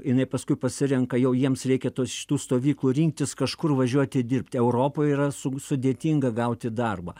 jinai paskui pasirenka jau jiems reikia tos šitų stovyklų rinktis kažkur važiuoti dirbti europoj yra su sudėtinga gauti darbą